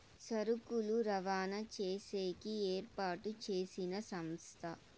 సరుకులు రవాణా చేసేకి ఏర్పాటు చేసిన సంస్థ